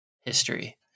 history